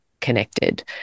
connected